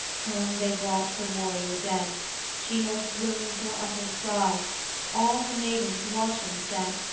home they brought her warrior dead she nor swooned, nor uttered cry all her maidens, watching, said,